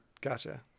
gotcha